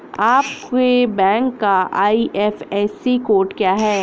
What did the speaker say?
आपके बैंक का IFSC code क्या है?